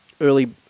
early